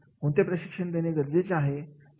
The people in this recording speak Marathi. कोणते प्रशिक्षण देणे गरजेचे आहे